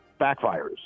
backfires